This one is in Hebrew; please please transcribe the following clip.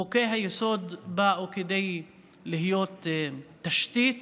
חוקי-היסוד באו כדי להיות תשתית